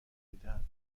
میدهد